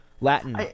Latin